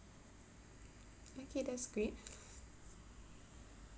okay that's great